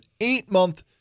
eight-month